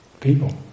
People